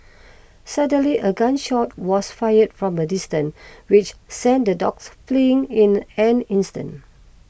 suddenly a gun shot was fired from a distance which sent the dogs fleeing in an instant